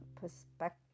perspective